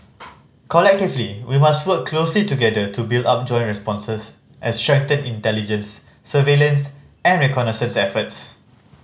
collectively we must work closely together to build up joint responses and strengthen intelligence surveillance and reconnaissance efforts